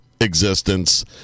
existence